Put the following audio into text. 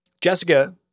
Jessica